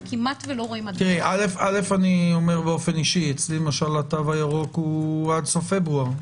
אני אומר באופן אישי שאצלי למשל התו הירוק הוא עד סוף פברואר.